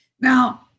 Now